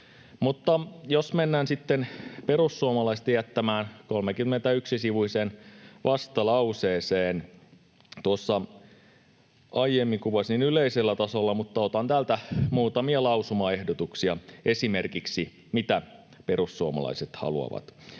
Jos mennään sitten perussuomalaisten jättämään 31-sivuiseen vastalauseeseen. Aiemmin kuvasin sitä yleisellä tasolla, mutta otan täältä muutamia lausumaehdotuksia esimerkiksi siitä, mitä perussuomalaiset haluavat.